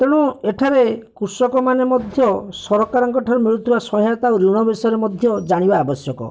ତେଣୁ ଏଠାରେ କୃଷକମାନେ ମଧ୍ୟ ସରକାରଙ୍କ ଠାରୁ ମିଳୁଥିବା ସହାୟତା ଆଉ ଋଣ ବିଷୟରେ ଜାଣିବା ଆବଶ୍ୟକ